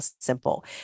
simple